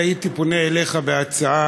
אני הייתי פונה אליך בהצעה